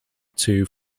two